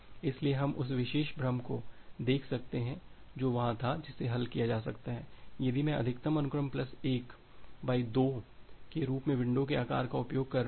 इसलिए हम उस विशेष भ्रम को देख सकते हैं जो वहाँ था जिसे हल किया जा सकता है यदि मैं अधिकतम अनुक्रम प्लस 1 बाई 2 के रूप में विंडो के आकार का उपयोग कर रहा हूं